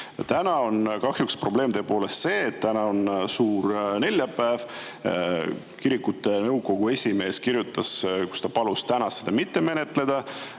Täna on kahjuks probleem tõepoolest selles, et on suur neljapäev. Kirikute nõukogu esimees kirjutas ja palus täna seda mitte menetleda.